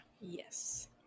Yes